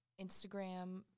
Instagram